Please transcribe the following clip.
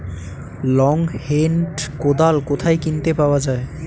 Long hand কোদাল কোথায় কিনতে পাওয়া যায়?